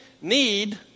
need